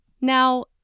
Now